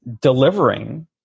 delivering